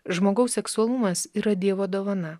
žmogaus seksualumas yra dievo dovana